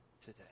today